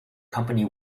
company